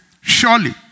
Surely